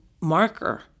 marker